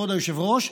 כבוד היושב-ראש,